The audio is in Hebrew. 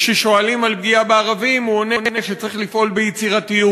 כששואלים על פגיעה בערבים הוא עונה שצריך לפעול ביצירתיות.